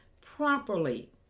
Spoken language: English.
properly